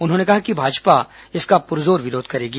उन्होंने कहा कि भाजपा इसका पुरजोर विरोध करेगी